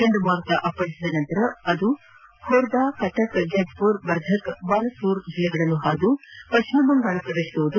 ಚಂಡಮಾರುತ ಅಪ್ಪಳಿಸಿದ ನಂತರ ಅದು ಖೋರ್ದಾ ಕಟಕ್ ಜಜ್ಪುರ್ ಬಾರ್ದಕ್ ಬಾಲ್ಸೂರ್ ಜಿಲ್ಲೆಗಳನ್ನು ಹಾದು ಪಶ್ಚಿಮ ಬಂಗಾಳ ಪ್ರವೇಶಿಸಲಿದೆ